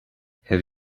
have